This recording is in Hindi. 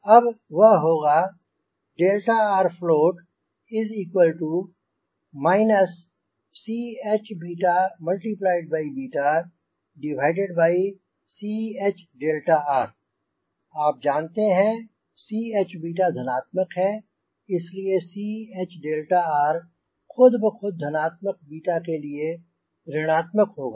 अब वह होगा float ChChr आप जानते हैं कि Chधनात्मक है इसलिए Chrखुद ब खुद धनात्मक 𝛽 के लिए ऋण आत्मक होगा